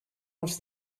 els